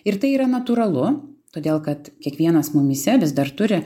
ir tai yra natūralu todėl kad kiekvienas mumyse vis dar turi